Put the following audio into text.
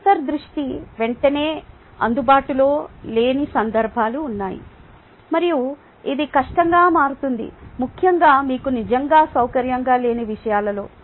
అంతర్ దృష్టి వెంటనే అందుబాటులో లేని సందర్భాలు ఉన్నాయి మరియు ఇది కష్టంగా మారుతుంది ముఖ్యంగా మీకు నిజంగా సౌకర్యంగా లేని విషయాలలో